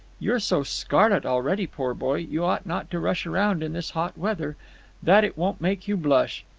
you're so scarlet already poor boy, you ought not to rush around in this hot weather that it won't make you blush.